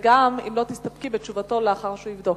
וגם אם לא תסתפקי בתשובתו לאחר שהוא יבדוק.